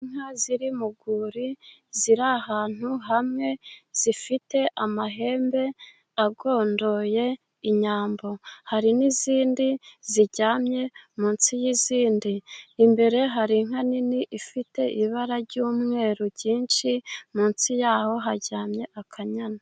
Inka ziri mu rwuri ziri ahantu hamwe, zifite amahembe agondoye inyambo. Hari n'izindi ziryamye munsi y'izindi, imbere hari inka nini ifite ibara ry'umweru ryinshi, munsi y'aho haryamye akanyana.